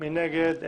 מי נגד?